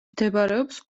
მდებარეობს